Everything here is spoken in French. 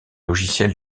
logiciel